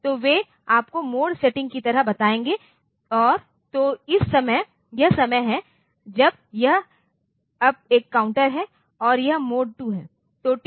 तो वे आपको मोड सेटिंग की तरह बताएंगे और तो यह समय है जब यह अब एक काउंटर है और यह मोड 2 है